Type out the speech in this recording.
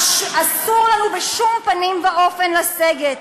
אסור לנו בשום פנים ואופן לסגת.